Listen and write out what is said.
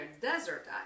desert